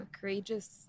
courageous